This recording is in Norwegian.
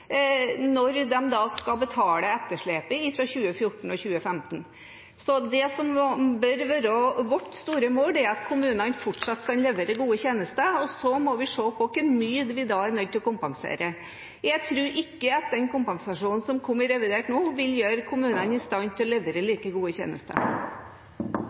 når de skal betale etterslepet fra 2014 og 2015. Så det som bør være vårt store mål, er at kommunene fortsatt kan levere gode tjenester, og så må vi se på hvor mye vi da er nødt til å kompensere. Jeg tror ikke at den kompensasjonen som kom i revidert nå, vil gjøre kommunene i stand til å levere like gode tjenester.